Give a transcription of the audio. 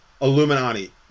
Illuminati